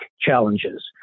challenges